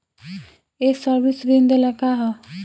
ये सर्विस ऋण देला का?